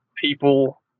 people